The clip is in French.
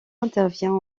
intervient